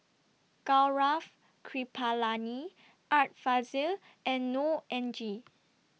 Gaurav Kripalani Art Fazil and Neo Anngee